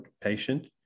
patient